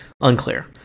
unclear